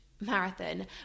marathon